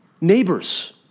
neighbors